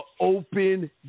open